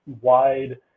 wide